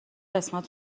قسمت